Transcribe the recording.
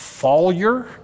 failure